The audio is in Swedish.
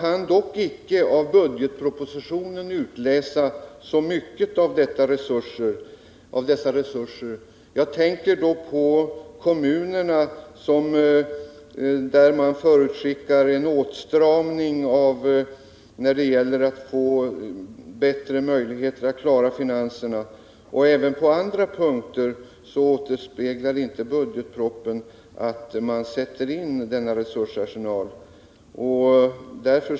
Av budgetpropositionen kan jag dock inte utläsa så mycket om dessa resurser. Jag tänker på kommunerna, för vilka man förutskickar en åtstramning för att åstadkomma bättre möjligheter att klara finanserna. Även på andra punkter återspeglar inte budgetpropositionen att man sätter in denna resursarsenal.